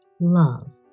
love